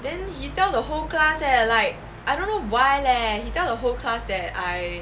then he tell the whole class leh like I don't know why leh he tell the whole class that I